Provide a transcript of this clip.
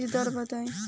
बीज दर बताई?